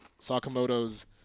Sakamoto's